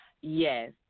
Yes